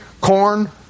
corn